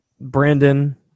Brandon